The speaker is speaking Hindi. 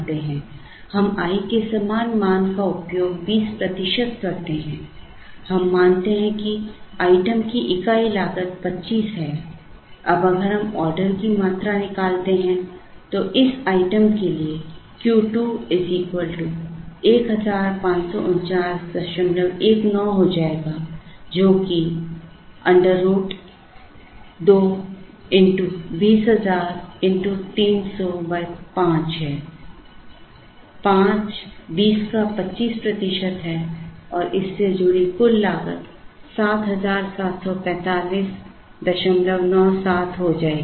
हम i के समान मान का उपयोग 20 प्रतिशत करते हैं हम मानते हैं कि आइटम की इकाई लागत 25 है अब अगर हम ऑर्डर की मात्रा निकालते हैं तो इस आइटम के लिए Q 2 154919 हो जाएगा जो कि √2 x 20000 x 300 5 है 5 20 का 25 प्रतिशत है और इससे जुड़ी कुल लागत 774597 हो जाएगी